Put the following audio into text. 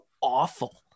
awful